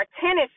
tennis